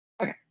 okay